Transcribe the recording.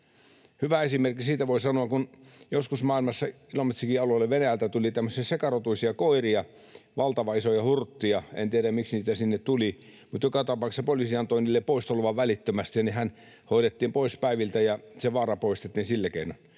hyvän esimerkin: Joskus maailmassa Ilomantsinkin alueelle Venäjältä tuli tämmöisiä sekarotuisia koiria, valtavan isoja hurttia. En tiedä, miksi niitä sinne tuli, mutta joka tapauksessa poliisi antoi niille poistoluvan välittömästi, ja nehän hoidettiin pois päiviltä, ja se vaara poistettiin sillä keinoin.